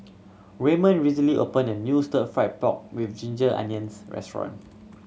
Raymond recently opened a new Stir Fried Pork With Ginger Onions restaurant